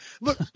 look